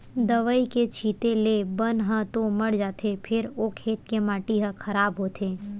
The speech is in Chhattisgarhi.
दवई के छिते ले बन ह तो मर जाथे फेर ओ खेत के माटी ह खराब होथे